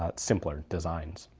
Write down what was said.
ah simpler designs.